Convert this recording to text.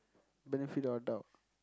benefit of doubt